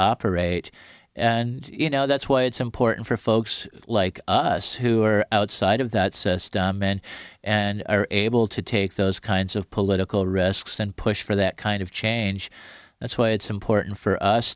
operate and you know that's why it's important for folks like us who are outside of that system men and able to take those kinds of political risks and push for that kind of change that's why it's important for us